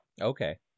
Okay